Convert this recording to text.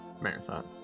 marathon